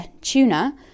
tuna